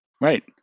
right